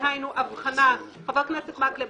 דהיינו הבחנה חבר הכנסת מקלב,